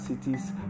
cities